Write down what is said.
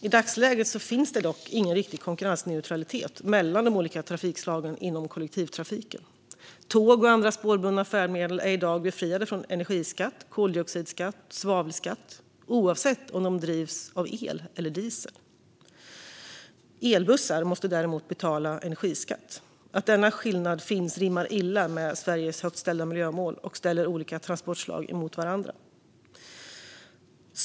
I dagsläget finns dock ingen riktig konkurrensneutralitet mellan de olika trafikslagen inom kollektivtrafiken. Tåg och andra spårbundna färdmedel är i dag befriade från energiskatt, koldioxidskatt och svavelskatt, oavsett om de drivs av el eller av diesel. Elbussar måste däremot betala energiskatt. Att denna skillnad finns rimmar illa med Sveriges högt ställda miljömål och ställer olika transportslag mot varandra.